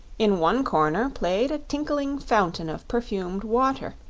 in one corner played a tinkling fountain of perfumed water,